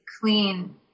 clean